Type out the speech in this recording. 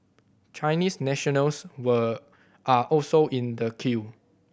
Chinese nationals were are also in the queue